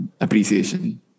appreciation